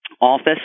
office